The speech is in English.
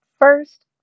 first